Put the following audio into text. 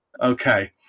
Okay